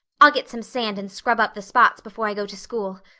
i'll get some sand and scrub up the spots before i go to school.